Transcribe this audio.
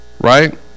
right